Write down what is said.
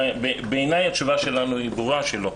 בעיניי התשובה שלנו היא ברורה, שלא.